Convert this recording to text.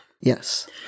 Yes